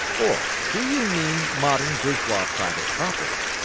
or do you mean modern bourgeois private property?